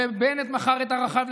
ובנט מכר את ערכיו,